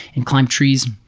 and climb trees.